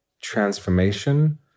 transformation